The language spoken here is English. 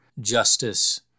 justice